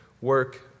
Work